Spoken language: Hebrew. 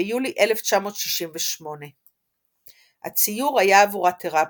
ביולי 1968. הציור היה עבורה תרפיה.